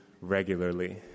regularly